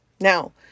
Now